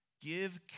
Give